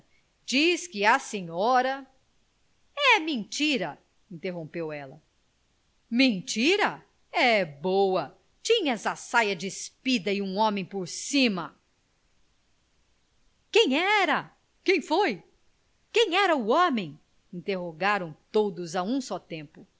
diz que a senhora é mentira interrompeu ela mentira é boa tinhas a saia despida e um homem por cima quem era quem foi quem era o homem interrogaram todos a um só tempo